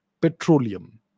petroleum